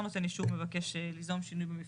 נותן אישור מבקש ליזום שינוי במפרט.